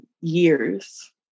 years